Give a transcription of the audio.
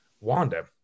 Wanda